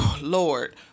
Lord